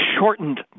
shortened